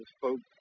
folks